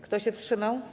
Kto się wstrzymał?